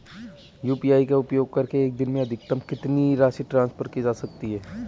UPI का उपयोग करके एक दिन में अधिकतम कितनी राशि ट्रांसफर की जा सकती है?